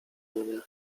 mnie